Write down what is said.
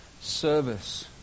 service